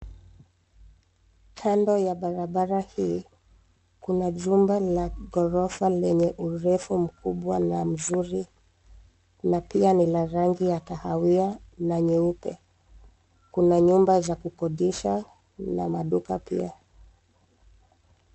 Kando ya barabara hii, kuna jumba la ghorofa lenye urefu mkubwa na mzuri na pia ni la rangi ya kahawia na nyeupe. Kuna nyumba za kukodisha na maduka pia.